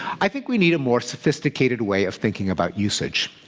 i think we need a more sophisticated way of thinking about usage.